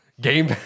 Game